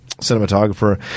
cinematographer